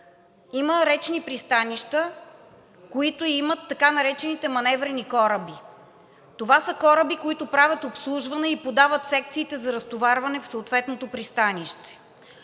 Има речни пристанища, които имат така наречените маневрени кораби. Това са кораби, които правят обслужване и подават секциите за разтоварване в съответното пристанище.